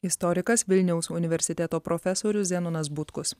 istorikas vilniaus universiteto profesorius zenonas butkus